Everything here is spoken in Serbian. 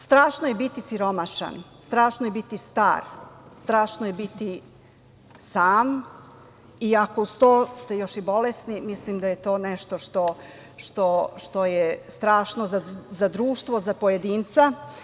Strašno je biti siromašan, strašno je biti star, strašno je biti sam i ako uz to ste još i bolesni, mislim da je to nešto što je strašno za društvo, za pojedinca.